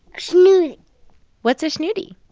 schnoodie what's a schnoodie?